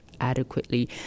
adequately